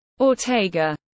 Ortega